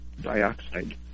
dioxide